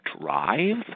drive